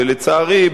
ולצערי,